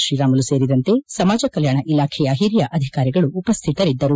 ಶ್ರೀರಾಮುಲು ಸೇರಿದಂತೆ ಸಮಾಜ ಕಲ್ಯಾಣ ಇಲಾಖೆಯ ಹಿರಿಯ ಅಧಿಕಾರಿಗಳು ಉಪಸ್ಥಿತರಿದ್ದರು